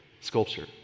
sculpture